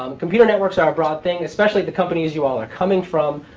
um computer networks are a broad thing, especially the companies you all are coming from.